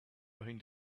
behind